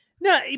No